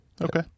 Okay